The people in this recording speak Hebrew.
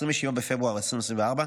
27 בפברואר 2024,